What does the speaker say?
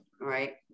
right